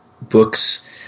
books